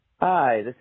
Hi